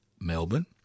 Melbourne